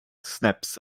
snaps